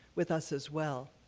with us as well.